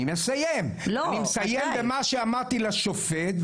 אני מסיים במה שאמרתי לשופט.